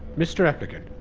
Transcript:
mr applicant,